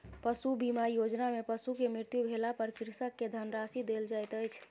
पशु बीमा योजना में पशु के मृत्यु भेला पर कृषक के धनराशि देल जाइत अछि